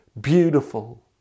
beautiful